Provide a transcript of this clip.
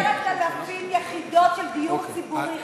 10,000 יחידות של דיור ציבורי,